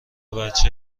بچه